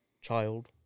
child